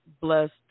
blessed